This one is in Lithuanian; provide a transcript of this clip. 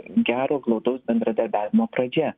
gero glaudaus bendradarbiavimo pradžia